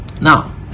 now